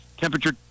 temperature